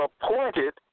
appointed